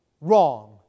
wrong